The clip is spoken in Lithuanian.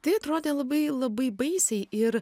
tai atrodė labai labai baisiai ir